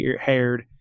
haired